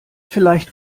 vielleicht